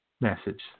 message